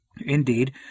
Indeed